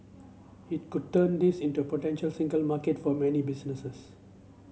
it could turn this into a potential single market for many businesses